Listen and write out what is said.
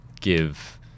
give